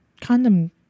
condom